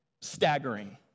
staggering